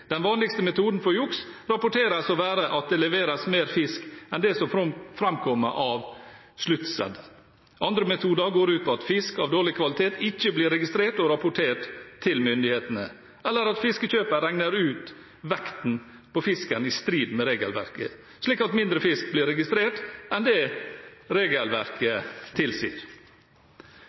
Den vanligste metoden for juks rapporteres å være at det leveres mer fisk enn det som framkommer av sluttseddelen. Andre metoder går ut på at fisk av dårlig kvalitet ikke blir registrert og rapportert til myndighetene, eller at fiskekjøper regner ut vekten på fisken i strid med regelverket, slik at mindre fisk blir registrert enn det regelverket tilsier.